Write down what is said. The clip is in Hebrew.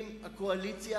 אם הקואליציה,